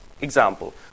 Example